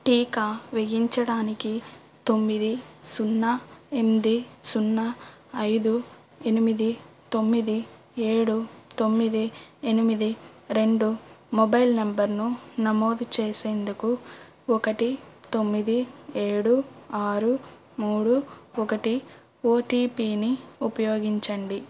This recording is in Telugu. టీకా వేయించడానికి తొమ్మిది సున్నా ఎనిమిది సున్నా ఐదు ఎనిమిది తొమ్మిది ఏడు తొమ్మిది ఎనిమిది రెండు మొబైల్ నెంబర్ను నమోదు చేసేందుకు ఒకటితొమ్మిది ఏడు ఆరు మూడు ఒకటి ఓటిపిని ఉపయోగించండి